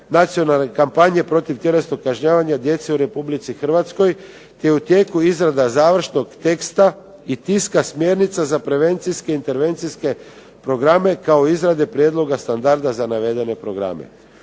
nacionalne kampanje protiv tjelesnog kažnjavanja djece u Republici Hrvatskoj, te je u tijeku izrada završnog teksta i tiska smjernica za prevencijske intervencijske programe kao izrade prijedloga standarda za navedene programe.